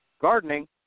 gardening